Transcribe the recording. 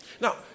Now